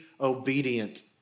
obedient